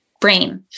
brain